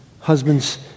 Husbands